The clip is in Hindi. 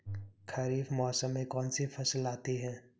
खरीफ मौसम में कौनसी फसल आती हैं?